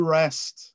rest